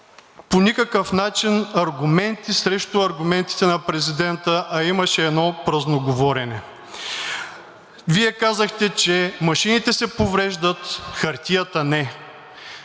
по никакъв начин аргументи срещу аргументите на президента, а имаше едно празноговорене. Вие казахте, че машините се повреждат, хартията не.